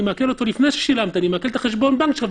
אני מעקל את חשבון הבנק שלך,